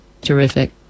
Terrific